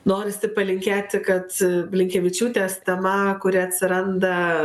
norisi palinkėti kad blinkevičiūtės tema kuri atsiranda